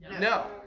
No